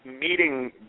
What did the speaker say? meeting